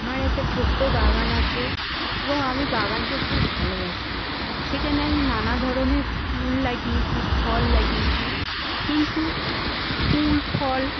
আমার একটা ছোট্ট বাগান আছে এবং আমি বাগানকে খুব ভালোবাসি সেখানে আমি নানা ধরনের ফুল লাগিয়েছি ফল লাগিয়েছি কিন্তু ফুল ফল